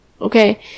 okay